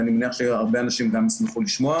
ואני מניח שהרבה אנשים גם ישמחו לשמוע.